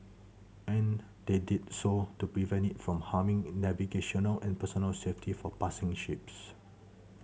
and they did so to prevent it from harming navigational and personnel safety for passing ships